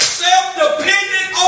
self-dependent